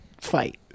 fight